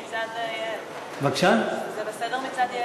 בסדר, אם זה בסדר מצד יעל.